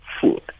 food